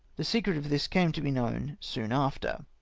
the secret of this came to be known soon after.